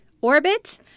Orbit